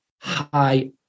high